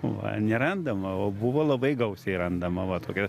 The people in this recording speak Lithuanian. va nerandam o buvo labai gausiai randama va tokia